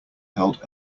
held